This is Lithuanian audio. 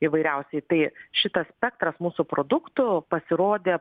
įvairiausiai tai šitas spektras mūsų produktų pasirodė